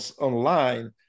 online